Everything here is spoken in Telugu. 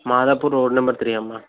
మాదాపూర్ రోడ్ నెంబర్ త్రీ అమ్మా